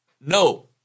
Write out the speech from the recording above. No